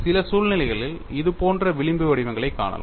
சில சூழ்நிலைகளில் இது போன்ற விளிம்பு வடிவங்களைக் காணலாம்